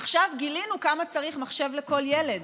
עכשיו גילינו כמה צריך מחשב לכל ילד,